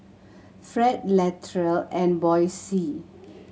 Fred Latrell and Boysie